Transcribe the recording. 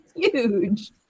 Huge